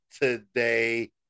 today